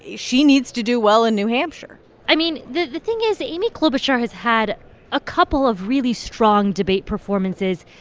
she needs to do well in new hampshire i mean, the the thing is, amy klobuchar has had a couple of really strong debate performances,